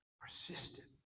Persistent